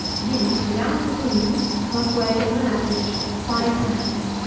these, without the greens, must weigh, on an average, five pounds,